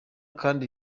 kandi